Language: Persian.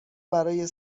برای